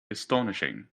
astonishing